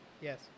Yes